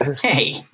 Hey